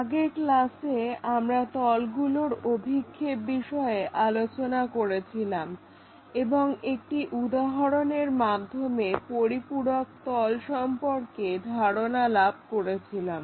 আগের ক্লাসে আমরা তলগুলির অভিক্ষেপ বিষয়ে আলোচনা করেছিলাম এবং একটি উদাহরণের মাধ্যমে পরিপূরক তল সম্পর্কে ধারণা লাভ করেছিলাম